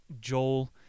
Joel